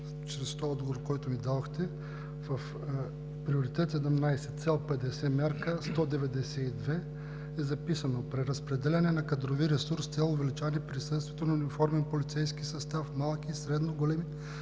чрез този отговор, който ми дадохте. В приоритет 17, дял 50, мярка 192 е записано: „При разпределяне на кадровия ресурс с цел увеличаване присъствието на униформен полицейски състав в малки и средно големи